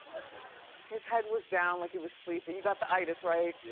his head was down like he was sleepy. you got the itis, right? yeah,